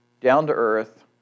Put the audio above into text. down-to-earth